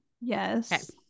Yes